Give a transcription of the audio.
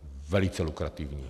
Velice lukrativní.